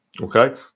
okay